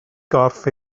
gorff